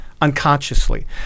unconsciously